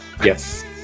Yes